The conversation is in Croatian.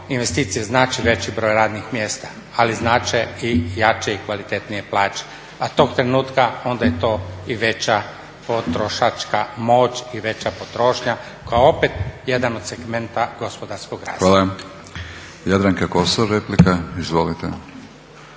investicije znače veći broj ranih mjesta, ali znači i jače i kvalitetnije plaće. A tog trenutka onda je to i veća potrošačka moć, i veća potrošnja koja je opet jedan od segmenata gospodarskog rasta. **Batinić, Milorad (HNS)** Hvala. Jadranka Kosor, replika. Izvolite.